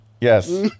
Yes